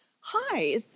hi